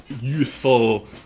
youthful